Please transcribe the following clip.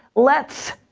let's.